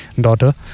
daughter